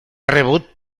rebut